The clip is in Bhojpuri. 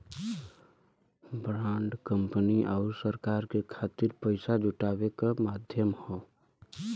बॉन्ड कंपनी आउर सरकार के खातिर पइसा जुटावे क माध्यम हौ